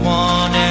one